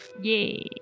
Yay